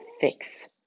fix